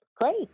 great